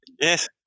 Yes